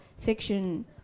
fiction